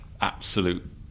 Absolute